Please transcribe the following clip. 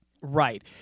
Right